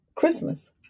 Christmas